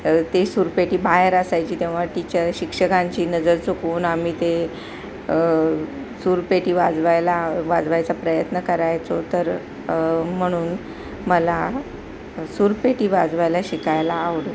ते सुरपेटी बाहेर असायची तेव्हा टीचर शिक्षकांची नजर चुकवून आम्ही ते सुरपेटी वाजवायला वाजवायचा प्रयत्न करायचो तर म्हणून मला सुरपेटी वाजवायला शिकायला आवडेल